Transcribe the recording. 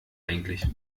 eigentlich